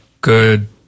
good